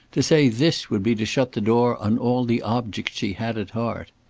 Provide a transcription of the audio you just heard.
to say this would be to shut the door on all the objects she had at heart.